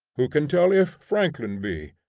who can tell if franklin be?